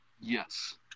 Yes